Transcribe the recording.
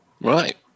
Right